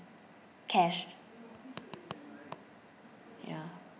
cash ya